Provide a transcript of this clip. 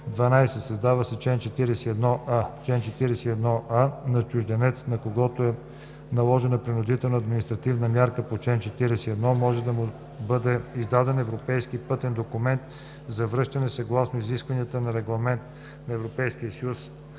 12. Създава се чл. 41а: „Чл. 41а. На чужденец, на когото е наложена принудителна административна мярка по чл. 41, може да му бъде издаден Европейски пътен документ за връщане съгласно изискванията на Регламент (ЕС)